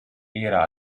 era